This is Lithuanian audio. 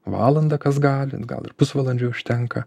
valandą kas galit gal ir pusvalandžio užtenka